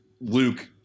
Luke